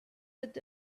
with